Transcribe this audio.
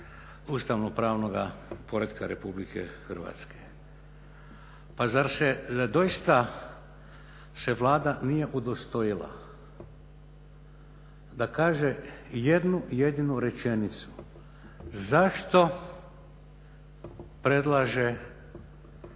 ustavnopravnoga poretka RH. Pa zar se doista se Vlada nije udostojala da kaže jednu jedinu rečenicu zašto predlaže gospodina